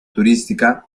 turística